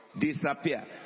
Disappear